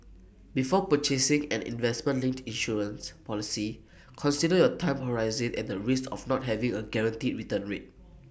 before purchasing an investment linked insurance policy consider your time horizon and the risks of not having A guaranteed return rate